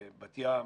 בת ים